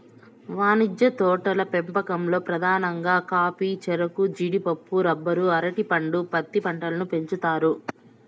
వాణిజ్య తోటల పెంపకంలో పధానంగా కాఫీ, చెరకు, జీడిపప్పు, రబ్బరు, అరటి పండు, పత్తి పంటలను పెంచుతారు